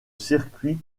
circuit